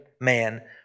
man